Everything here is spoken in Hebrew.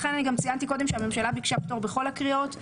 לכן אני גם ציינתי קודם שהממשלה ביקשה הפטור בכל הקריאות,